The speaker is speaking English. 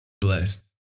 Blessed